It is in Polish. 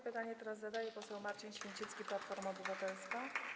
Pytanie zada teraz poseł Marcin Święcicki, Platforma Obywatelska.